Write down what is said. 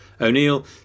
O'Neill